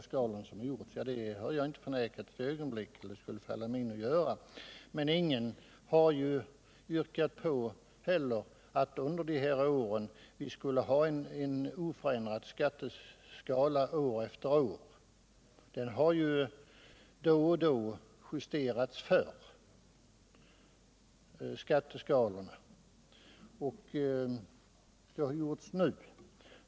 Det har jag inte förnekat ett ögonblick, och det skulle inte falla mig in att göra det. Men ingen har heller yrkat på att vi skulle ha en oförändrad skatteskala år efter år. Den har ju förr justerats då och då, och det har även gjorts nu.